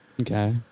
Okay